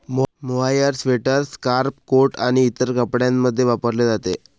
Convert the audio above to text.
mohair sweater, scarf, coat आणि इतर कपड्यांमध्ये वापरले जाते